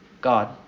God